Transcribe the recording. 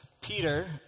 Peter